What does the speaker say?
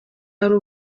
ari